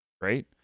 right